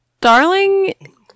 Darling